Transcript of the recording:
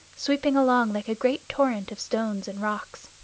sweeping along like a great torrent of stones and rocks.